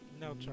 No